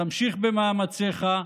תמשיך במאמציך.